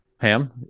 Ham